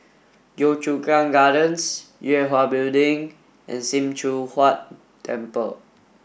Yio Chu Kang Gardens Yue Hwa Building and Sim Choon Huat Temple